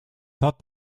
thought